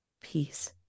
peace